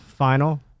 Final